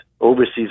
overseas